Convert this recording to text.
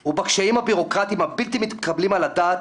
הוא בקשיים הבירוקרטיים הבלתי מתקבלים על הדעת